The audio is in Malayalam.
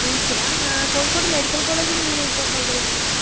നീംസിലാ കോഴിക്കോട് മെഡിക്കൽ കോളേജിൽ എങ്ങനെയൊക്കെയാണ് സൗകര്യങ്ങളൊക്കെ